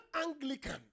Anglican